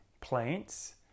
plants